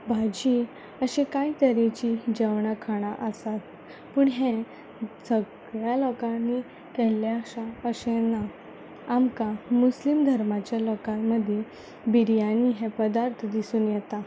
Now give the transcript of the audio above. भाजी अशी कांय तरेचीं जेवणां खाणां आसात पूण हें सगल्या लोकांनी केल्लें आसा अशें ना आमकां मुस्लीम धर्माच्या लोकां मदीं बिरयानी हे पदार्थ दिसून येता